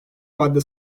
madde